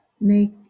make